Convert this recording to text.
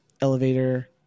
elevator